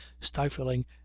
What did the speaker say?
stifling